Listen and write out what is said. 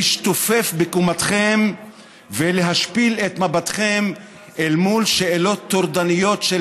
בקומתכם ולהשפיל את מבטכם אל מול שאלות טורדניות של